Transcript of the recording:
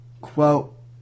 Quote